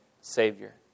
Savior